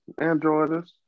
Androiders